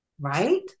Right